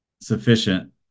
sufficient